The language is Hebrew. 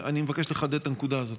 אני מבקש לחדד את הנקודה הזאת.